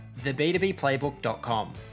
theb2bplaybook.com